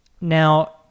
Now